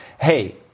Hey